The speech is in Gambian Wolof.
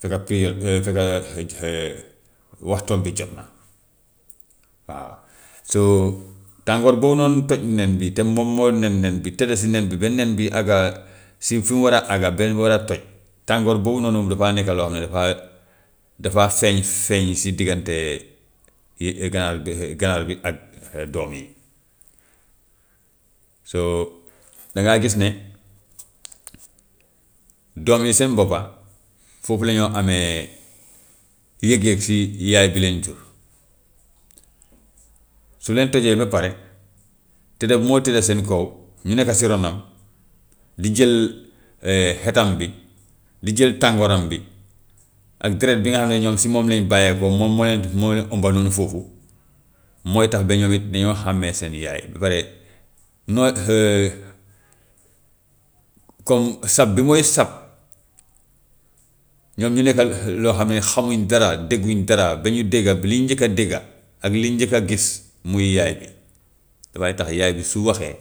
Fekka period fekka waxtoom bi jot na waaw. So tàngoor boobu noonu toj nen bi te moom moo nen nen bi tëdda si nen bi ba nen bi àgga si fi mu war a àgga ba mu war a toj, tàngoor boobu noonu moom dafaa nekk loo xam ne dafaa, dafaa feeñ feeñ si diggante ganaar gi ganaar bi ak doom yi. So dangaa gis ne doom yi seen boppa foofu la ñoo amee yëg-yëg si yaay bi leen jur, su leen tojee ba pare, tëdda bi muy tëdda seen kaw ñu nekka si ronam di jël xetam bi, di jël tàngooram bi ak deret bi nga xam ne ñoom si moom la ñu bàyyeekoo moom moo leen moo leen ëmbal moom foofu, mooy tax ba ñoom it dañoo xàmmee seen yaay, ba pare mooy comme sab bi muy sab, ñoom ñu nekka loo xam ne xamuñ dara, dégguñ dara, bañu dégga li ñu njêkk a dégga ak li ñu njëkk a gis muy yaay bi dafay tax yaay bi su waxee